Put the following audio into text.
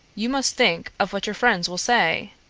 you must think of what your friends will say.